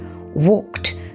walked